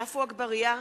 עפו אגבאריה,